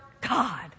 God